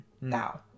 now